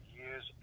years